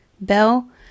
Bell